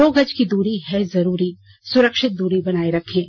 दो गज की दूरी है जरूरी सुरक्षित दूरी बनाए रखें